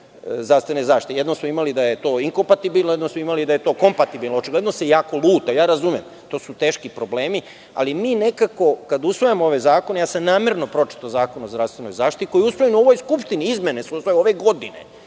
zdravstvene zaštite. Jednom smo imali da je to inkompatibilno, jednom smo imali da je to kompatibilno. Očigledno se jako luta. Ja razumem, to su teški problemi, ali mi nekako kada usvajamo ove zakone… Namerno sam pročitao Zakon o zdravstvenoj zaštiti koji je usvojen u ovoj Skupštini. Izmene su usvojene